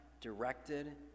directed